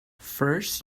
first